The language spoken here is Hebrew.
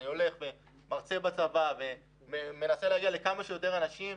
אני הולך ומרצה בצבא ומנסה להגיע לכמה שיותר אנשים,